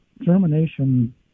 germination